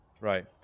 Right